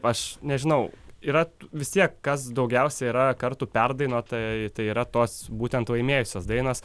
aš nežinau yra vis tiek kas daugiausia yra kartų perdainuota tai yra tos būtent laimėjusios dainos